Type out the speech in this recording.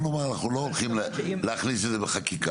נאמר אנחנו לא הולכים להכניס את זה בחקיקה.